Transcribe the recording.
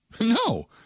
No